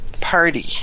party